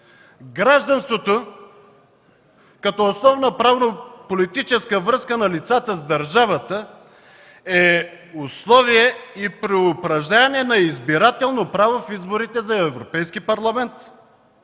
Гражданството като основна правна политическа връзка на лицата с държавата е условие и при упражняване на избирателно право в изборите за Европейски парламент,